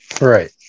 Right